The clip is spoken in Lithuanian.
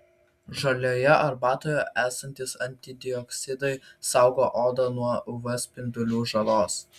žaliojoje arbatoje esantys antioksidantai saugo odą nuo uv spindulių žalos